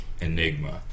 Enigma